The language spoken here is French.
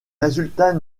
résultats